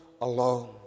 alone